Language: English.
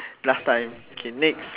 last time okay next